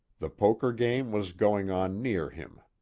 the poker game was going on near him.